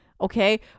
Okay